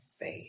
faith